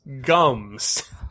gums